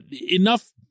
enough